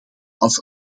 als